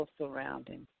surroundings